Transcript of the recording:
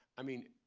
i mean,